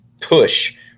push